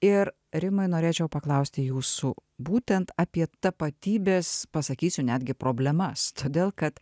ir rimai norėčiau paklausti jūsų būtent apie tapatybės pasakysiu netgi problemas todėl kad